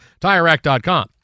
TireRack.com